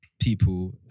people